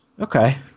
Okay